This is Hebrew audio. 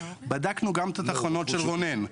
בדקנו גם את התחנות של רונן,